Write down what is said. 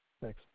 thanks